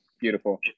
Beautiful